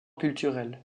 culturel